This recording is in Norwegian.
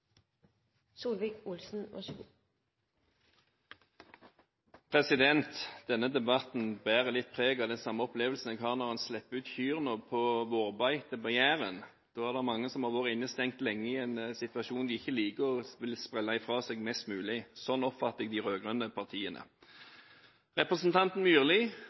Denne debatten bærer litt preg av den opplevelsen som jeg har når man slipper ut kyrne på vårbeite på Jæren. Da er det mange som har vært innestengt lenge i en situasjon de ikke liker, og som vil sprelle ifra seg mest mulig. Sånn oppfatter jeg de rød-grønne partiene. Representanten Myrli